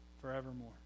forevermore